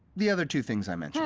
the other two things i mentioned.